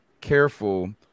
careful